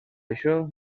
això